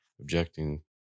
objecting